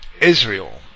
Israel